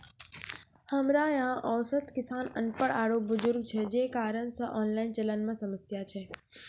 हमरा यहाँ औसत किसान अनपढ़ आरु बुजुर्ग छै जे कारण से ऑनलाइन चलन मे समस्या छै?